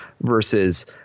versus –